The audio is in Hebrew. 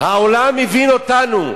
העולם הבין אותנו,